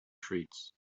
treats